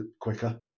quicker